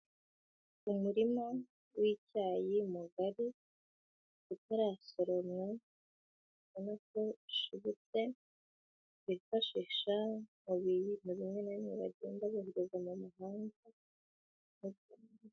Umurima w'icyayi mugari utasoromwa, urabona ko ushibutse bifashisha mubiribwa bimwe na bimwe bagenda bohereza mu muhanga.